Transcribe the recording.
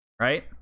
right